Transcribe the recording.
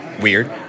weird